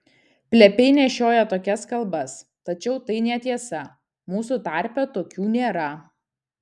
plepiai nešiojo tokias kalbas tačiau tai netiesa mūsų tarpe tokių nėra